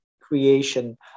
creation